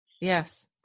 Yes